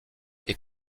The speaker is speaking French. est